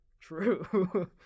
true